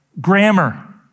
grammar